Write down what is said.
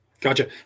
Gotcha